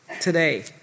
today